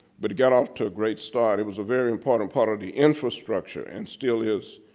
but it got off to a great start. it was a very important part of the infrastructure and still is.